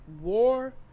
War